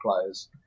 players